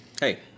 Hey